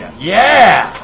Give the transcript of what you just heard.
yeah!